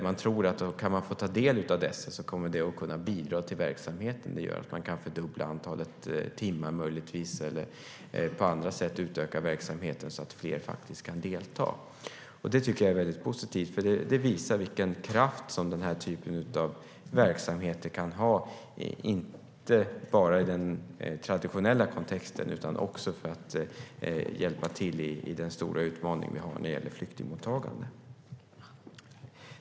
Man tror att om man kan få ta del av dessa så kommer det att kunna bidra till verksamheten. Det gör att man kan fördubbla antalet timmar eller på andra sätt utöka verksamheten så att fler kan delta. Det tycker jag är positivt, för det visar vilken kraft som den här typen av verksamheter kan ha, inte bara i den traditionella kontexten utan också när det gäller att hjälpa till i den stora utmaning vi har i flyktingmottagandet.